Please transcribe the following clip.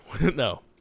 no